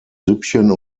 süppchen